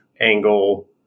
angle